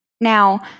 Now